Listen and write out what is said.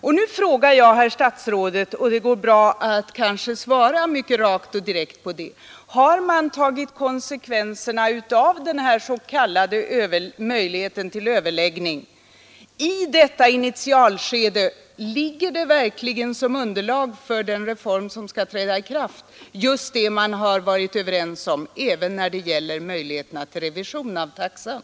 Och nu frågar jag herr statsrådet — och det går bra att svara rakt och direkt på det: Har man i detta initialskede tagit konsekvenserna av den s.k. möjligheten till överläggning? Ligger det man vid överläggningen kommit fram till verkligen oförändrat som underlag för den reform som skall träda i kraft även när det gäller möjligheterna till revision av taxan?